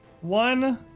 One